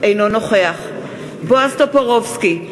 אינו נוכח בועז טופורובסקי,